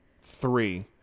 Three